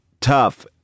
tough